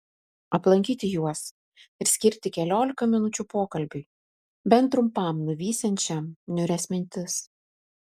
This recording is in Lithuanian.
aplankyti juos ir skirti keliolika minučių pokalbiui bent trumpam nuvysiančiam niūrias mintis